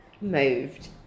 Moved